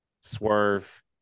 Swerve